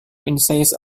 insights